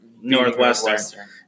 Northwestern